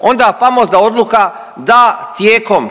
Onda famozna odluka da tijekom